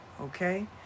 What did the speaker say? Okay